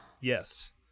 yes